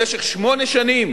במשך שמונה שנים